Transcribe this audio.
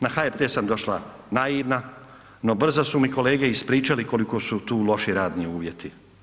Na HRT sam došla naivna, no brzo su mi kolege ispričali koliko su tu loši radni uvjeti.